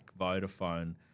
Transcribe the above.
Vodafone